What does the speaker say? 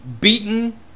beaten